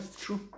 true